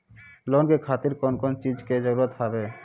Loan के खातिर कौन कौन चीज के जरूरत हाव है?